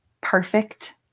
perfect